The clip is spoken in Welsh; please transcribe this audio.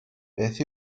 beth